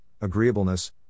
agreeableness